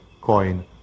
coin